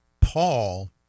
paul